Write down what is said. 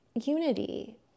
Unity